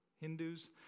Hindus